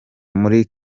muri